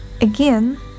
Again